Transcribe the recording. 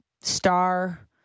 star